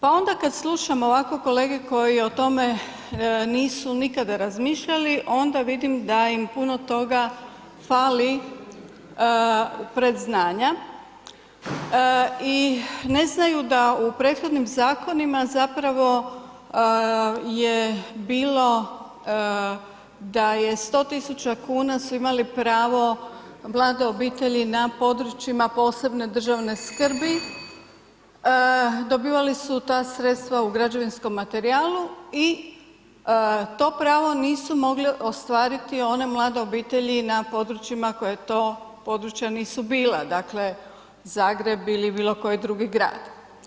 Pa onda kad slušam ovako kolege koji o tome nisu nikada razmišljali onda vidim da im puno toga fali, predznanja i ne znaju da u prethodnim zakonima zapravo je bilo da je 100.000 kuna su imali pravo mlade obitelji na područjima posebne državne skrbi, dobivali su ta sredstva u građevinskom materijalu i to pravu nisu mogle ostvariti one mlade obiteljima na područjima koja to područja nisu bila, dakle Zagreb ili bilokoji drugi grad.